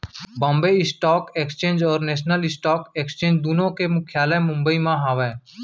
Bombay stock exchange और national stock exchange दुनो के मुख्यालय बंबई म हावय